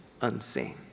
unseen